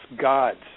gods